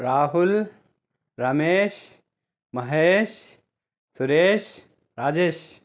Rahul Ramesh Mahesh Suresh Rajesh